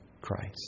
Christ